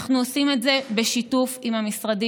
אנחנו עושים את זה בשיתוף עם המשרדים.